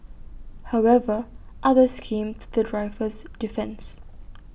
however others came to the driver's defence